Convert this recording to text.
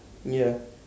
ya